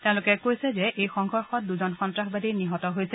তেওঁলোকে কৈছে যে এই সংঘৰ্ষত দুজন সন্ত্ৰাসবাদী নিহত হৈছে